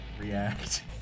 react